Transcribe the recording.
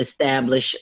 establish